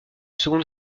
seconde